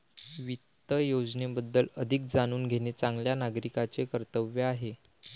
वित्त योजनेबद्दल अधिक जाणून घेणे चांगल्या नागरिकाचे कर्तव्य आहे